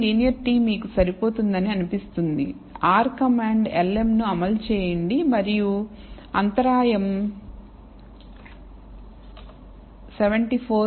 linear t మీకు సరిపోతుందని అనిపిస్తుంది r కమాండ్ lm ను అమలు చేయండి మరియు అంతరాయం 74